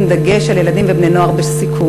עם דגש על ילדים ובני נוער בסיכון.